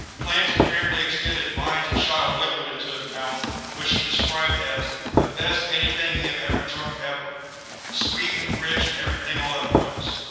plants apparently extended vines and shot a liquid into his mouth which he described as the best anything he had ever drunk ever sweet and rich and everything all at once.